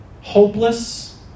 hopeless